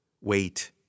wait